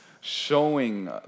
showing